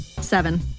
Seven